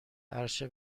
عرشه